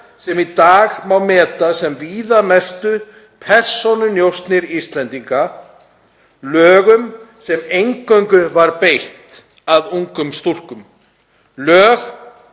sem í dag má meta sem viðamestu persónunjósnir Íslendinga. Lög sem eingöngu var beint að ungum stúlkum.